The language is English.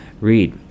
read